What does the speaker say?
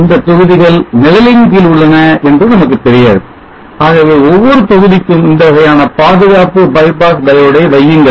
எந்த தொகுதிகள் நிழலின் கீழ் உள்ளன என்று நமக்கு தெரியாது ஆகவே ஒவ்வொரு தொகுதிக்கும் இந்த வகையான பாதுகாப்பு bypass diode ஐ வையுங்கள்